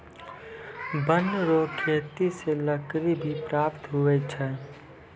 वन रो खेती से लकड़ी भी प्राप्त हुवै छै